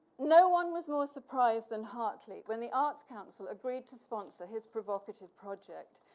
no one was more surprised than hartley when the arts council agreed to sponsor his provocative project.